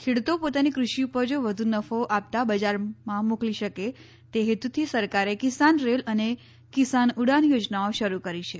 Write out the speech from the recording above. ખેડૂતો પોતાની ક્રષિ ઉપજો વધુ નફો આપતા બજારમાં મોકલી શકે તે હેતુથી સરકારે કિસાન રેલ અને કિસાન ઉડાન યોજનાઓ શરૂ કરી છે